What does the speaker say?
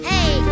Hey